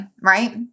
right